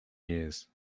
years